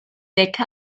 decke